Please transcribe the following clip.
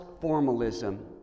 formalism